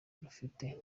rufite